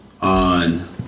on